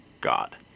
God